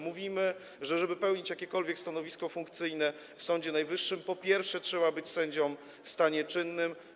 Mówimy, że żeby pełnić jakiekolwiek stanowisko funkcyjne w Sądzie Najwyższym, po pierwsze, trzeba być sędzią w stanie czynnym.